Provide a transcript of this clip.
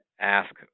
ask